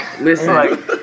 Listen